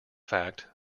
fact